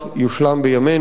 יושלם בימינו,